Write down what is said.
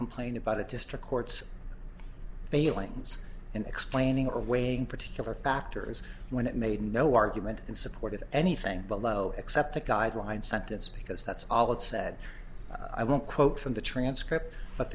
complain about a district court's failings and explaining or weighing particular factors when it made no argument in support of anything below except a guideline sentence because that's all it said i won't quote from the transcript but